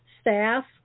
Staff